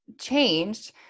changed